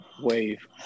wave